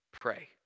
pray